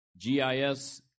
gis